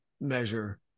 measure